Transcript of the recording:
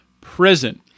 prison